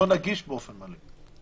הוא לא נגיש באופן מלא.